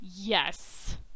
Yes